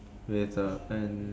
with the and